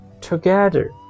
together